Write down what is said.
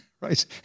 right